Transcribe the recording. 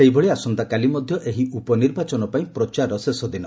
ସେହିଭଳି ଆସନ୍ତାକାଲି ମଧ ଏହି ଉପନିର୍ବାଚନ ପାଇଁ ପ୍ରଚାରର ଶେଷ ଦିନ